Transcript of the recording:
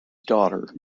daughter